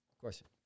question